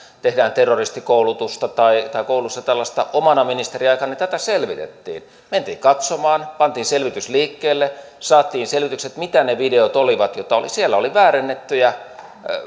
tehdään terroristikoulutusta tai tai kouluissa tällaista omana ministeriaikanani tätä selvitettiin mentiin katsomaan pantiin selvitys liikkeelle saatiin selvitykset mitä ne videot olivat siellä oli väärennettyjä